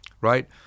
right